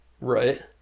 Right